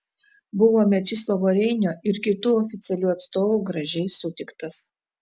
buvo mečislovo reinio ir kitų oficialių atstovų gražiai sutiktas